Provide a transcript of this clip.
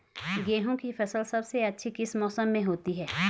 गेहूँ की फसल सबसे अच्छी किस मौसम में होती है